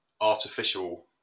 artificial